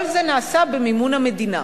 כל זה נעשה במימון המדינה.